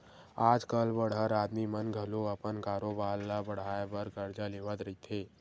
आज कल बड़हर आदमी मन घलो अपन कारोबार ल बड़हाय बर करजा लेवत रहिथे